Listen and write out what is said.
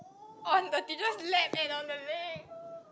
on the teacher's lap and on the leg